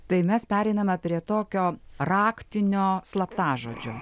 tai mes pereiname prie tokio raktinio slaptažodžio